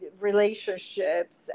relationships